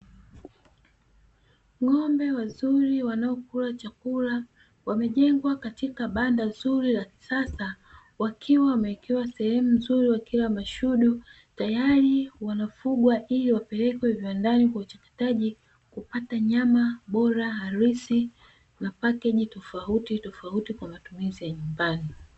Ng'ombe wazuri wanaokula chakula wamejengwa katika banda zuri la kisasa wakiwa wamewekewa sehemu nzuri wakila mashudu tayari wakiwa wanafugwa ili wapelekwe viwandani kwa uchakataji kupata nyama bora halisi na pakeji tofauti tofauti kwa matumizi ya nyumbani.